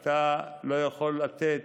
אתה לא יכול לתת,